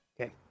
Okay